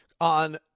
on